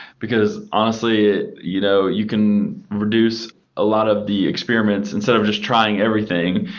because honestly you know you can reduce a lot of the experiments instead of just trying everything.